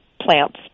plants